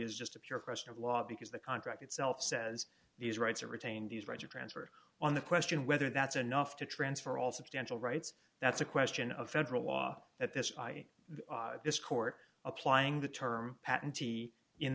is just a pure question of law because the contract itself says these rights are retained these rights are transferred on the question whether that's enough to transfer all substantial rights that's a question of federal law that this i this court applying the term patente in